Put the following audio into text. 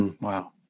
Wow